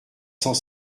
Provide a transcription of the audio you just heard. cent